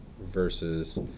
versus